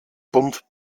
bund